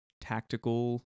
tactical